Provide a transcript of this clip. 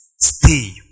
Stay